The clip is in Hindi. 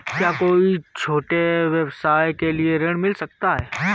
क्या कोई छोटे व्यवसाय के लिए ऋण मिल सकता है?